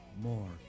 more